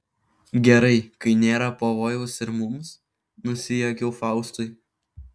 gerai kai nėra pavojaus ir mums nusijuokiau faustui